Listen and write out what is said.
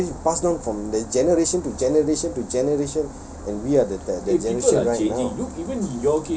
because it's already passed down from the generation to generation to generation and we are the generation right now